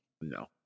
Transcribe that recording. No